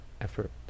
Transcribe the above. effort